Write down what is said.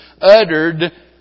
uttered